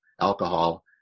alcohol